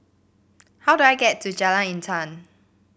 how do I get to Jalan Intan